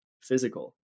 physical